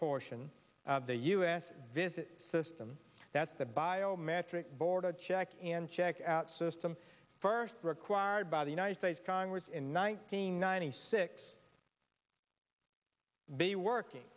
portion of the u s visit system that's the bio metric boarded check and check out system first required by the united states congress in nineteen ninety six be working